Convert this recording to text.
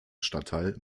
stadtteil